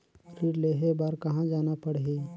ऋण लेहे बार कहा जाना पड़ही?